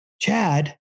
Chad